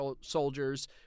soldiers